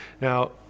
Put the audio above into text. Now